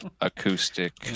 acoustic